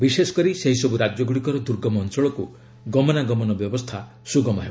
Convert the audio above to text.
ବିଶେଷକରି ସେହିସବୁ ରାଜ୍ୟଗୁଡ଼ିକର ଦୁର୍ଗମ ଅଞ୍ଚଳକୁ ଗମନାଗମନ ବ୍ୟବସ୍ଥା ସୁଗମ ହେବ